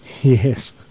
Yes